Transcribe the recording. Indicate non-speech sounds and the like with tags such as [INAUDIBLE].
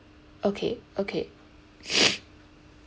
okay okay [NOISE]